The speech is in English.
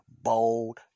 bold